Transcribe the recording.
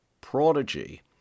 prodigy